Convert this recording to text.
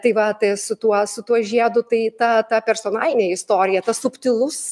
tai va tai su tuo su tuo žiedu tai ta ta personalinė istorija tas subtilus